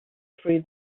through